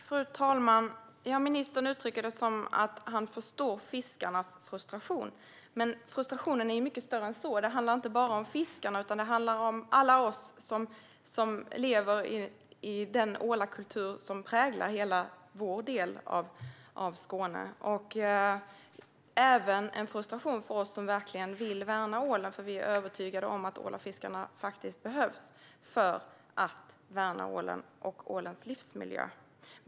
Fru talman! Ministern uttrycker det så att han förstår fiskarnas frustration. Men frustrationen är mycket större än så. Det handlar inte bara om fiskarna utan det handlar om alla oss som lever i den ålkultur som präglar hela vår del av Skåne. Det är en frustration för oss som verkligen vill värna ålen eftersom vi är övertygade om att ålfiskarna behövs för att värna ålen och ålens livsmiljö.